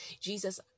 Jesus